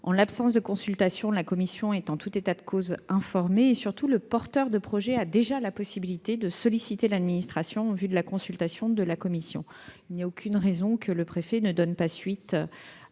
en l'absence de consultation, la commission est en tout état de cause informée. Surtout, le porteur de projet a déjà la possibilité de solliciter l'administration en vue de la consultation de la commission. Il n'y a aucune raison que le préfet ne donne pas suite